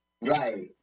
Right